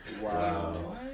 wow